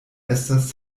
estas